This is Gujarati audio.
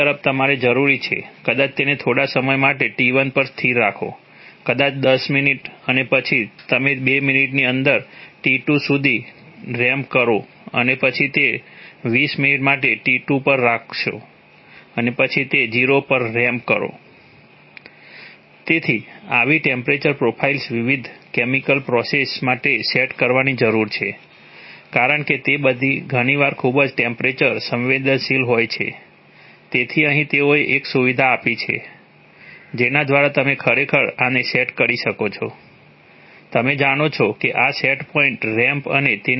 બીજી તરફ તમારે જરૂર છે કદાચ તેને થોડા સમય માટે T1 પર સ્થિર રાખો કદાચ 10 મિનિટ અને પછી તેને બે મિનિટની અંદર t2 સુધી રેમ્પ કરો અને પછી તેને 20 મિનિટ માટે t2 પર રાખો અને પછી તેને 0 પર રેમ્પ કરો